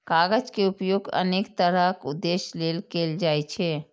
कागज के उपयोग अनेक तरहक उद्देश्य लेल कैल जाइ छै